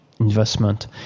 investment